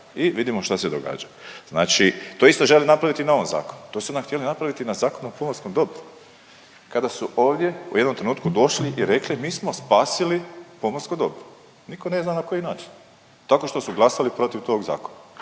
i vidimo što se događa. Znači to isto žele napraviti u novom zakonu. To su nam htjeli napraviti na zakonu o pomorskom dobru, kada su ovdje u jednom trenutku došli i rekli mi smo spasili pomorsko dobro. Nitko ne zna na koji način, tako što su glasali protiv tog zakona